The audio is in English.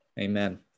Amen